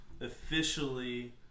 officially